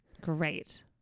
great